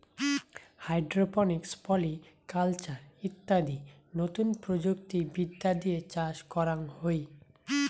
hydroponics, poly culture ইত্যাদি নতুন প্রযুক্তি বিদ্যা দিয়ে চাষ করাঙ হই